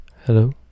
Hello